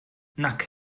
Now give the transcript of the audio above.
nac